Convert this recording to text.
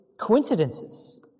coincidences